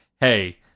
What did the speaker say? hey